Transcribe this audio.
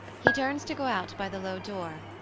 he turns to go out by the low door,